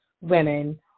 women